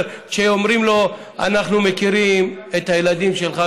כשאומרים לו: אנחנו מכירים את הילדים שלך,